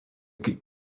kaip